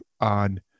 on